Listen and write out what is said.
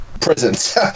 prisons